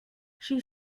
she